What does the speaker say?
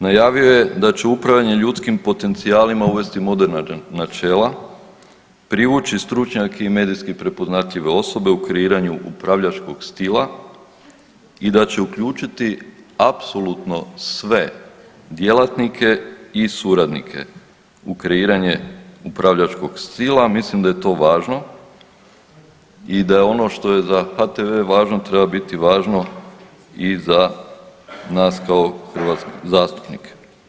Najavio je da će upravljanje ljudskim potencijalima uvesti moderna načela, privući stručnjake i medijski prepoznatljive osobe u kreiranju upravljačkog stila i da će uključiti apsolutno sve djelatnike i suradnike u kreiranje upravljačkog stila a mislim da je to važno i da je ono što je za HTV-e važno treba biti važno i za nas kao zastupnike.